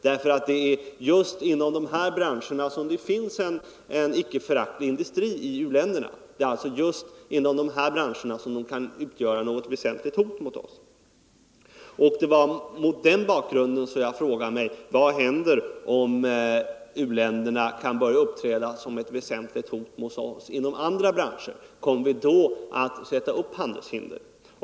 Det är nämligen inom just dessa branscher som det finns en icke föraktlig industri i u-länderna. Det är alltså just i dessa branscher som de kan utgöra något väsentligt hot mot oss. Det var mot den bakgrunden som jag frågade mig: Vad händer om uländerna börjar uppträda som ett väsentligt hot mot oss-inom andra branscher? Kommer vi då att sätta upp handelshinder?